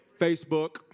Facebook